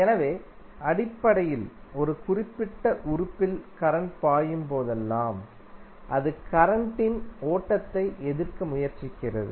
எனவே அடிப்படையில் ஒரு குறிப்பிட்ட உறுப்பில் கரண்ட் பாயும் போதெல்லாம் அது கரண்ட் டின் ஓட்டத்தை எதிர்க்க முயற்சிக்கிறது